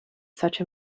such